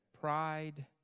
pride